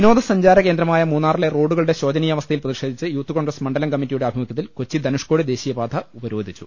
വിനോദ സഞ്ചാര കേന്ദ്രമായ മൂന്നാറിലെ റോഡുക ളുടെ ശോചനീയാവസ്ഥയിൽ പ്രതിഷേധിച്ച് യൂത്ത് കോൺഗ്രസ്സ് മണ്ഡലം കമ്മറ്റിയുടെ ആഭിമുഖ്യത്തിൽ കൊച്ചി ധനുഷ്ക്കോടി ദേശീയപാത ഉപരോധിച്ചു